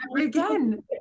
again